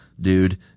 dude